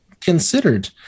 considered